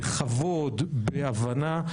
בכבוד ובהבנה,